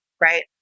right